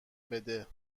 بده